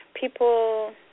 people